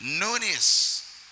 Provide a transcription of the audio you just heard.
Notice